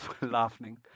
laughing